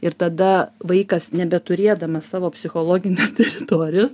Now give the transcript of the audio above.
ir tada vaikas nebeturėdamas savo psichologinės teritorijos